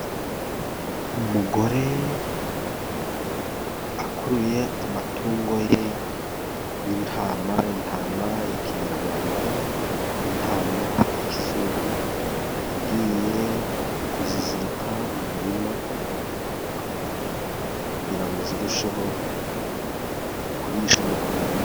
Umugore akuruye amatungo ye y'intama, intama ya kinyarwanda n'intama ya kizungu, agiye kuzizirika mu murima kugira ngo zirusheho kurisha no kumera ne.